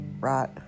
right